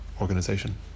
organization